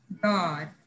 God